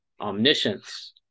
omniscience